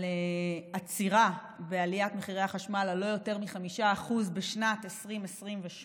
על עצירה בעליית מחירי החשמל על לא יותר מ-5% בשנת 2028,